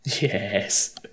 Yes